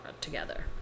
together